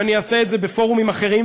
ואני אעשה את בפורומים אחרים,